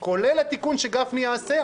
כולל התיקון שגפני יעשה,